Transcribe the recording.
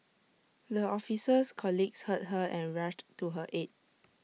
the officer's colleagues heard her and rushed to her aid